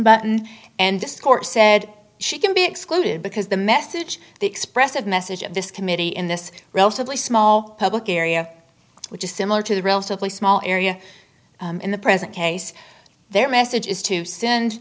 button and discoursed said she can be excluded because the message the expressive message of this committee in this relatively small public area which is similar to the relatively small area in the present case their message is to send